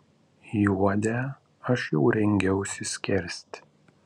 juodę aš jau rengiausi skerst